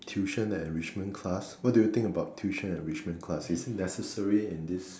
tuition and enrichment class what do you think about tuition and enrichment class is it necessary in this